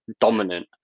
dominant